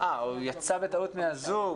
הוא יצא מהזום בטעות.